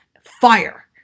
Fire